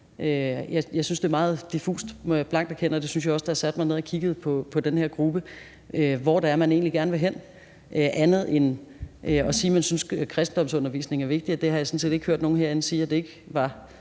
jeg blankt erkende – og det syntes jeg også, da jeg satte mig ned og kiggede på den her gruppe – hvor det er, man egentlig gerne vil hen, andet end at sige, at man synes, at kristendomsundervisning er vigtigt, og det har jeg sådan set ikke hørt nogen herinde sige det ikke var.